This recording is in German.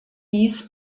dies